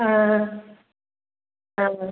ആ ആ ആ